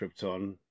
Krypton